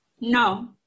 No